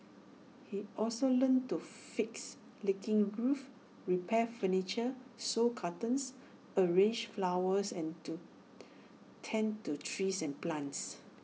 he also learnt to fix leaking roofs repair furniture sew curtains arrange flowers and to tend to trees and plants